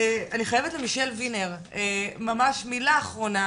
למישל ווינר, ממש מילה אחרונה.